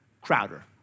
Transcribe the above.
Crowder